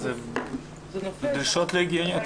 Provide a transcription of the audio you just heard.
זה דרישות לא הגיוניות